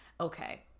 okay